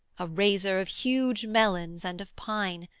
a raiser of huge melons and of pine,